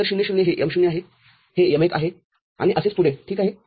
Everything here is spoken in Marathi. तर ० ० हे M० आहेहे M१ आहे आणि असेच पुढे ठीक आहे